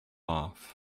off